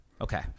Okay